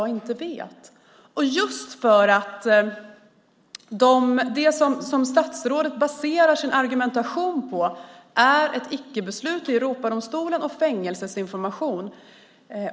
Det som statsrådet baserar sin argumentation på är ett icke-beslut i Europadomstolen och fängelseinformation.